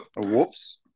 Whoops